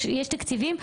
יש תקציבים?